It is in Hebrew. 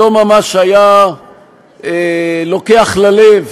לא ממש היה לוקח ללב